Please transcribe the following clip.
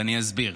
ואני אסביר: